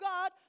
God